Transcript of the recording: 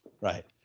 Right